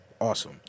awesome